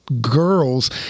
girls